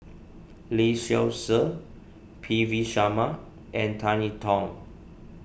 Lee Seow Ser P V Sharma and Tan Yee Tong